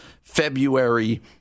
February